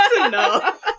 enough